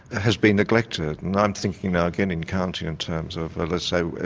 has been neglected, and i'm thinking now again in kantian terms of let's say,